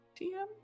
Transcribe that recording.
TM